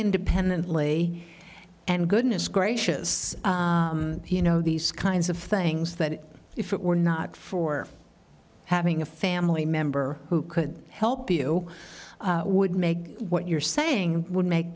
independently and goodness gracious you know these kinds of things that if it were not for having a family member who could help you would make what you're saying would make